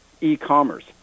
e-commerce